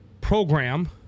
program